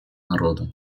народом